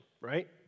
right